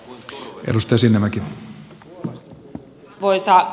arvoisa puhemies